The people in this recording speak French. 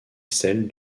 celle